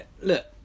look